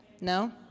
No